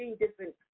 different